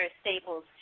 staples